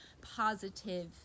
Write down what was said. positive